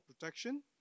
protection